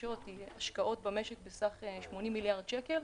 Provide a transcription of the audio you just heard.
מתחדשות והשקעות במשק בסך של 80 מיליארד שקל,